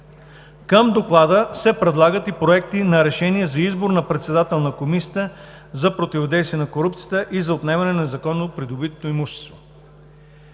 Към доклада се прилагат и проекти на решение за избор на председател на Комисията за противодействие на корупцията и за отнемане на незаконно придобитото имущество.